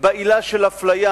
בעילה של אפליה.